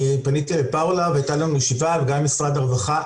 פניתי לפאולה והייתה גם ישיבה גם עם משרד הרווחה,